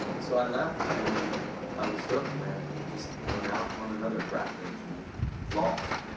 so i left, and i was hooked, man, and just went out on another crack binge, man lost.